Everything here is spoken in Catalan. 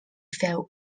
feu